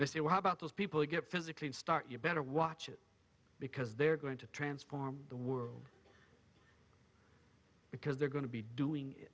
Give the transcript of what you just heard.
say well how about those people who get physically in start you better watch it because they're going to transform the world because they're going to be doing